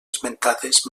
esmentades